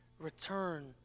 Return